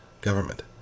government